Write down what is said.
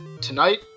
tonight